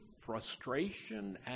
frustration